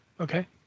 Okay